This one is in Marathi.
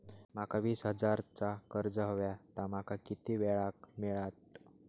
माका वीस हजार चा कर्ज हव्या ता माका किती वेळा क मिळात?